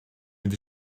mynd